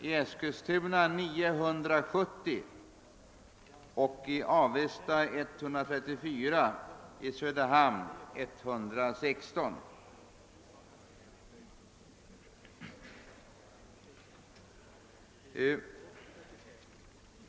I Eskilstuna var det 970, i Avesta 134 och i Söderhamn 116.